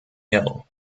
hill